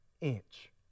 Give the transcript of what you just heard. inch